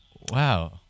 wow